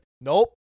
nope